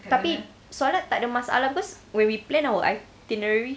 tapi solat tak ada masalah cause when we planned our itinerary